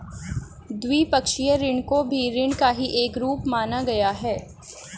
द्विपक्षीय ऋण को भी ऋण का ही एक रूप माना गया है